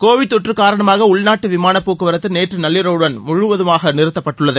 Covid தொற்று காரணமாக உள்நாட்டு விமான போக்குவரத்து நேற்று நள்ளிரவுடன் முழுமையாக நிறுத்தப்பட்டுள்ளது